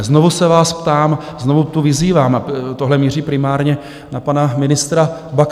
Znovu se vás ptám, znovu tu vyzývám a tohle míří primárně na pana ministra Baxu.